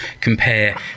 compare